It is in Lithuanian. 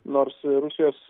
nors rusijos